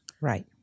Right